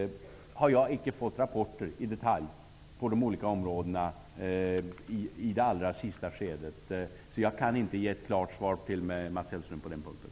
Jag har inte fått rapporter i detalj om vad som exakt kom ut i slutskedet på de olika områdena. Jag kan inte ge Mats Hellström ett klart svar på den punkten.